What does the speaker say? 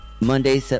Monday